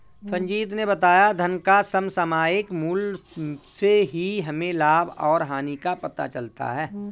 संजीत ने बताया धन का समसामयिक मूल्य से ही हमें लाभ और हानि का पता चलता है